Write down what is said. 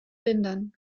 lindern